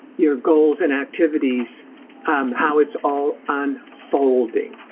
your goals and activities um how it's all unfolding.